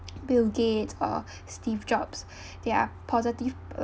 bill gates or steve jobs they are positive